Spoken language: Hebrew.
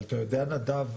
אבל אתה יודע נדב,